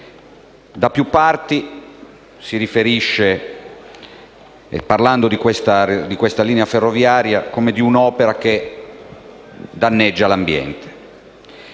Da più parti ci si riferisce a questa linea ferroviaria come a un'opera che danneggia l'ambiente.